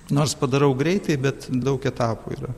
nors padarau greitai bet daug etapų yra